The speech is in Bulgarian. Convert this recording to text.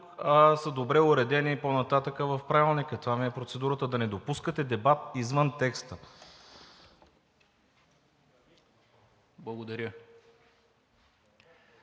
са добре уредени по-нататък в Правилника. Това ми е процедурата – да не допускате дебат извън текста.